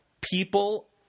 people